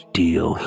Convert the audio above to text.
deal